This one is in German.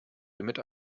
limit